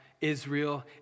Israel